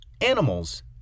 animals